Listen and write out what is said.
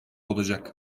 olacak